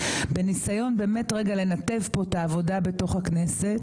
בניסיון לנתב את העבודה בתוך הכנסת.